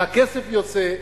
הכסף יוצא.